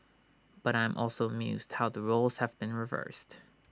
but I'm also amused how the roles have been reversed